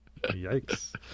Yikes